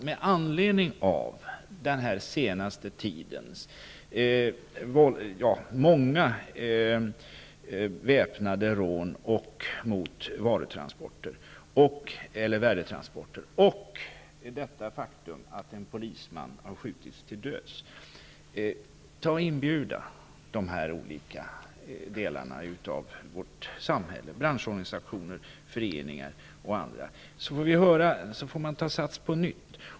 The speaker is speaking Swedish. Med anledning av den senaste tidens många väpnade rån mot värdetransporter samt det faktum att en polisman har skjutits till döds, vill jag föreslå att man skall inbjuda olika branschorganisationer för att höra deras synpunkter. Därefter kan vi ta sats på nytt.